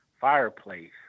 fireplace